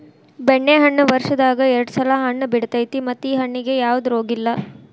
ಬೆಣ್ಣೆಹಣ್ಣ ವರ್ಷದಾಗ ಎರ್ಡ್ ಸಲಾ ಹಣ್ಣ ಬಿಡತೈತಿ ಮತ್ತ ಈ ಹಣ್ಣಿಗೆ ಯಾವ್ದ ರೋಗಿಲ್ಲ